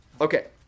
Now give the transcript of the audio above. Okay